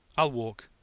i'll walk,